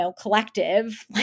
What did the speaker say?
collective